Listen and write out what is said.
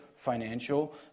financial